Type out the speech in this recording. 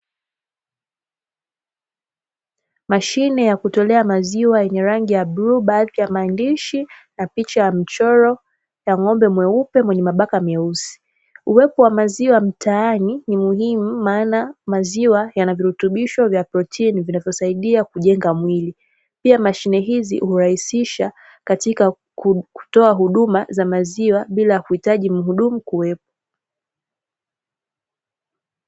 Mashine ya kutolea maziwa yenye rangi ya bluu bahari ya maandishi na picha ya mchoro wa ng'ombe mweupe mwenye mabaka meusi, uwepo wa maziwa mtaani ni muhimu maana maziwa yanavirutubisho vya protini zinazosaidia kujenga mwili pia mashine hizi urahisisha katika kutoa huduma ya maziwa bila kuhitaji muhudumu kuwepo.